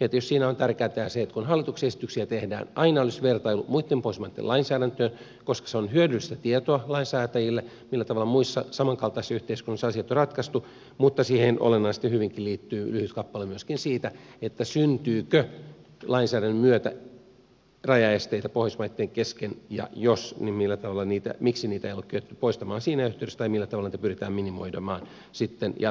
ja tietysti siinä on tärkeätä se että kun hallituksen esityksiä tehdään aina olisi vertailu muitten pohjoismaitten lainsäädäntöön koska se on hyödyllistä tietoa lainsäätäjille millä tavalla muissa samankaltaisissa yhteiskunnissa asiat on ratkaistu mutta siihen olennaisesti hyvinkin liittyy lyhyt kappale myöskin siitä syntyykö lainsäädännön myötä rajaesteitä pohjoismaitten kesken ja jos syntyy niin miksi niitä ei ole kyetty poistamaan siinä yhteydessä tai millä tavalla niitä pyritään minimoimaan jatkossa